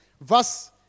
Verse